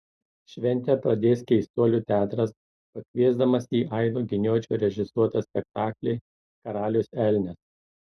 šventę pradės keistuolių teatras pakviesdamas į aido giniočio režisuotą spektaklį karalius elnias